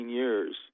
years